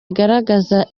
igaragaza